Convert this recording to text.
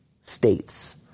states